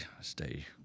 stay